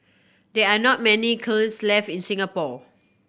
there are not many kilns left in Singapore